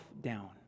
down